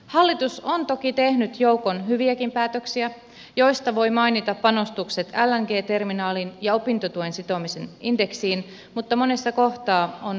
hallitus on toki tehnyt joukon hyviäkin päätöksiä joista voi mainita panostukset lng terminaaliin ja opintotuen sitomisen indeksiin mutta monessa kohtaa on parantamisen varaa